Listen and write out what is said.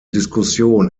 diskussion